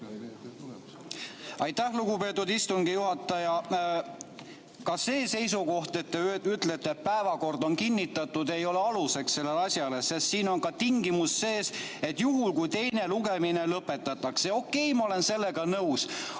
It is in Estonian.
Aitäh, lugupeetud istungi juhataja! Ka see seisukoht, et te ütlete, et päevakord on kinnitatud, ei ole aluseks sellele asjale, sest siin on sees tingimus, et juhul, kui teine lugemine lõpetatakse. Okei, ma olen sellega nõus.